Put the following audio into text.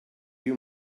you